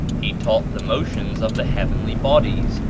he taught the motions of the heavenly bodies,